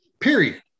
Period